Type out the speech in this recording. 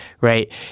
right